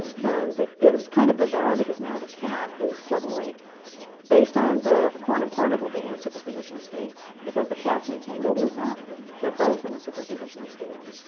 then it is kind of bizarre, because now the cat is suddenly based on the quantum particle being in a superposition of states because the cat is entangled with that they're both in a superposition of states.